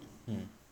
mm